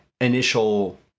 initial